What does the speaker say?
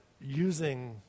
using